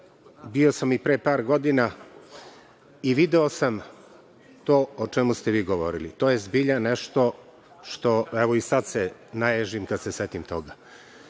bio sam i pre par godina i video sam to o čemu ste vi govorili. To je zbilja nešto što evo i sada se naježim kada se setim toga.